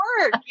work